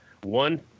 one